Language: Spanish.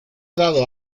dado